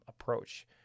approach